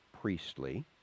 priestly